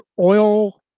oil